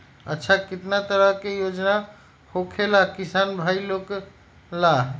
अच्छा कितना तरह के योजना होखेला किसान भाई लोग ला?